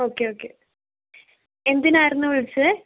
okay okay എന്തിനായിരുന്നു വിളിച്ചത്